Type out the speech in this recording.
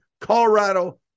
Colorado